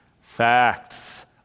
facts